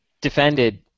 defended